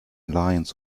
lions